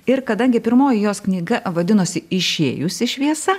ir kadangi pirmoji jos knyga vadinosi išėjusi šviesa